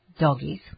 doggies